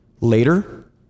later